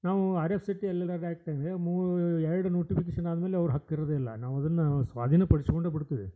ನಾವೂ R F C T L L R ಆ್ಯಕ್ಟ್ಗೆ ಮೂರು ಎರಡು ನೋಟಿಫಿಕೇಶನ್ ಆದಮೇಲೆ ಅವ್ರ ಹಕ್ಕಿರೋದಿಲ್ಲ ನಾವು ಅದನ್ನು ಸ್ವಾಧೀನ ಪಡಿಸ್ಕೊಂಡೆ ಬಿಡ್ತೀವಿ